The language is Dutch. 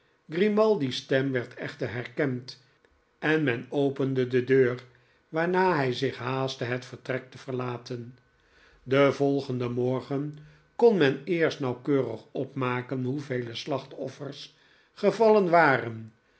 grimaldi's stem werd echter herkend en men opende te deur waarna hij zich haastte het vertrek te verlaten den volgehden morgen kon men eerst nauwkeurig opmaken hoevele slachtoffers gevallen waren